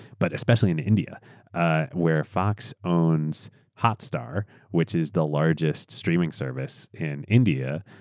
but especially in india ah where fox owns hotstar which is the largest streaming service in india.